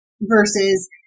versus